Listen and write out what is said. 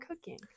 cooking